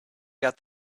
got